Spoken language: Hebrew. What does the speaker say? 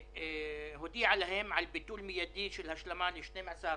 כי הודיעו על ביטול מיידי של השלמת השכר ל-12